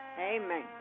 Amen